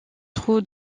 trouve